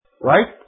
right